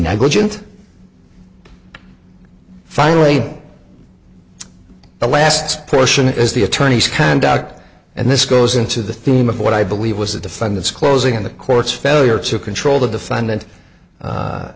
negligent finally the last question is the attorney's conduct and this goes into the theme of what i believe was the defendant's closing in the court's failure to control the defendant